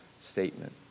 statement